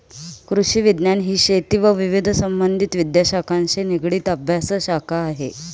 कृषिविज्ञान ही शेती व विविध संबंधित विद्याशाखांशी निगडित अभ्यासशाखा आहे